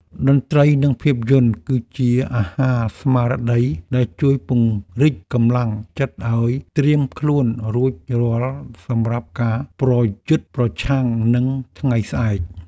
តន្ត្រីនិងភាពយន្តគឺជាអាហារស្មារតីដែលជួយពង្រឹងកម្លាំងចិត្តឱ្យត្រៀមខ្លួនរួចរាល់សម្រាប់ការប្រយុទ្ធប្រឆាំងនឹងថ្ងៃស្អែក។